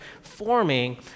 forming